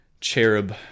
cherub-